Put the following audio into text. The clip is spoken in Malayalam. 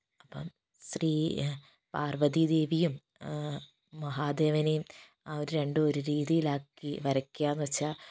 അപ്പം ശ്രീ പാർവതീദേവിയും മഹാദേവനെയും രണ്ടും ഒരു രീതിയിലാക്കി വരയ്ക്കുക എന്ന് വെച്ചാൽ